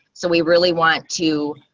so we really want to